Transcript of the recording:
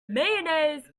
mayonnaise